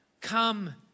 come